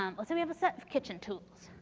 um let's say we have a set of kitchen tools.